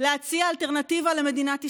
להציע אלטרנטיבה למדינת ישראל.